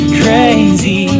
crazy